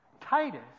Titus